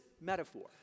metaphor